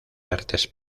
artes